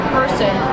person